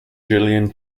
gillian